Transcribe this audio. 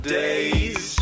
days